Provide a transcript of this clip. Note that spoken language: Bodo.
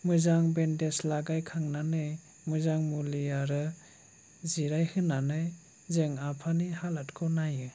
मोजां बेन्देज लागायखांनानै मोजां मुलि आरो जिरायहोनानै जों आफानि हालोदखौ नायो